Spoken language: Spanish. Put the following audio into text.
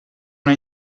una